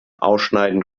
ausschneiden